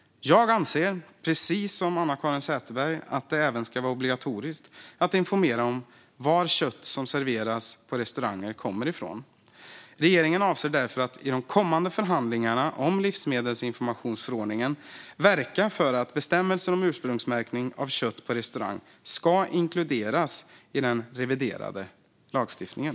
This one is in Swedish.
Jag anser, precis som Anna-Caren Sätherberg, att det även ska vara obligatoriskt att informera om var kött som serveras på restauranger kommer ifrån. Regeringen avser därför att i de kommande förhandlingarna om livsmedelinformationsförordningen verka för att bestämmelser om ursprungsmärkning av kött på restaurang ska inkluderas i den reviderade lagstiftningen.